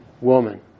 woman